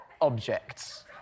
objects